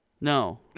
No